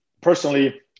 personally